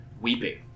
weeping